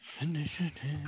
Initiative